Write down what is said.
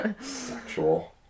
Sexual